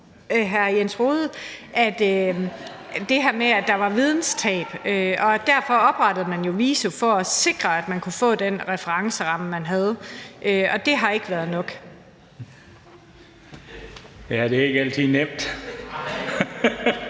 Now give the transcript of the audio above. at der var videnstab. Derfor oprettede man jo VISO for at sikre, at de kunne få den referenceramme, man havde. Det har ikke været nok. Kl. 19:39 Den fg.